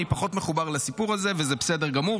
לא, אני פחות מחובר לסיפור הזה, וזה בסדר גמור.